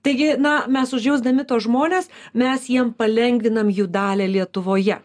taigi na mes užjausdami tuos žmones mes jiem palengvinam jų dalią lietuvoje